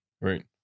Right